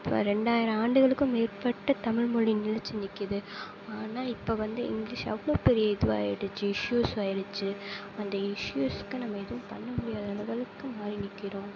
இப்போ ரெண்டாயிரம் ஆண்டுகளுக்கும் மேற்பட்ட தமிழ்மொழி நிலைத்து நிற்குது ஆனால் இப்போ வந்து இங்கிலிஷ் அவ்வளோ பெரிய இதுவாக ஆகிடுச்சி இஸ்யூஸ் ஆகிடுச்சு அந்த இஸ்யூஸ்க்கு நம்ம எதுவும் பண்ணமுடியாத அளவுக்கு மாறி நிற்கிறோம்